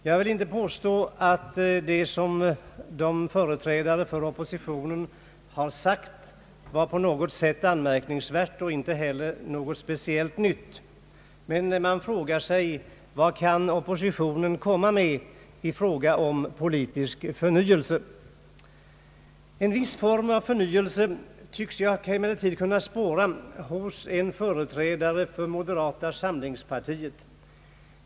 Jag vill inte påstå att det som företrädarna för oppositionen sagt var på något sätt anmärkningsvärt eller speciellt nytt, men man frågar sig: Vad kan oppositionen komma med i fråga om politisk förnyelse? En viss form av förnyelse tycks man emellertid kunna spåra hos en företrädare för moderata samlingspartiet.